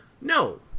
No